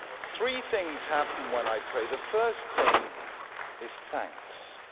three things happen when i pray. the first thing is thanks.